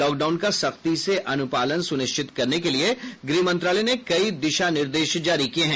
lockdown का सख्ती से अनुपालन सुनिश्चित करने के लिए गृह मंत्रालय ने कई दिशा निर्देश जारी किए हैं